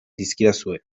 dizkidazue